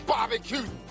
Barbecue